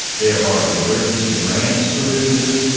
there are emergency grants for businesses.